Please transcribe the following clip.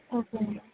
okay ma'am